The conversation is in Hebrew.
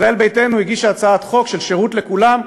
ישראל ביתנו הגישה הצעת חוק של שירות לכולם.